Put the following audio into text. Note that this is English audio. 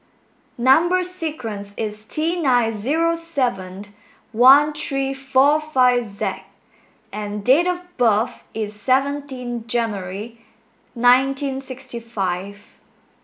number sequence is T nine zero seven one three four five Z and date of birth is seventeen January nineteen sixty five